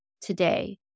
today